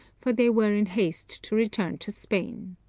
for they were in haste to return to spain.